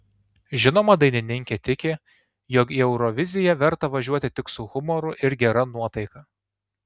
žinoma dainininkė tiki jog į euroviziją verta važiuoti tik su humoru ir gera nuotaika